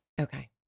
okay